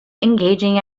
engaging